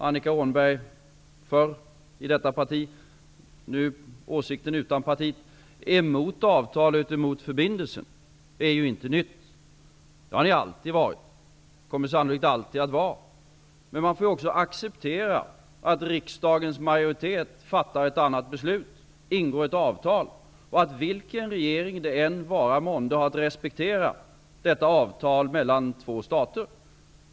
Annika Åhnberg tillhörde tidigare Vänsterpartiet, men har nu denna åsikt även utanför partiet. Att Vänsterpartiet intar denna ståndpunkt är ingen nyhet. Vänsterpartiet har alltid varit och kommer sannolikt alltid att vara emot en sådan förbindelse. Men man får också acceptera att riksdagens majoritet fattar ett annat beslut och ingår ett avtal. Vilken regering det än vara månde har att respektera ett sådant avtal mellan två stater.